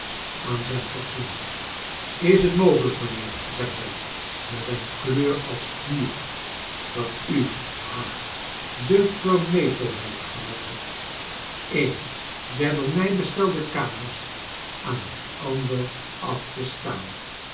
aan zijn fatsoen is het mogelijk mijnheer zei hij met een kleur als vuur dat u ha de verrnetelheid gehad hebt een der door mij bestelde kamers aan een ander af te staan